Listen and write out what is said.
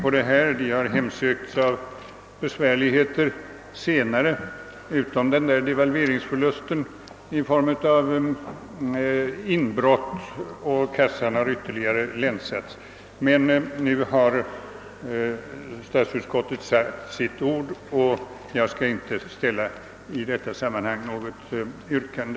Förbandet har senare hemsökts av besvärligheter — utom den där devalveringsförlusten — i form av inbrott, och kassan har ytterligare länsats. Men nu har statsutskottet sagt sitt ord, och jag skall i detta sammanhang, herr talman, inte ställa något yrkande.